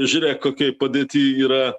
žiūrėk kokioj padėty yra